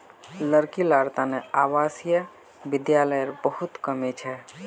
लड़की लार तने आवासीय विद्यालयर बहुत कमी छ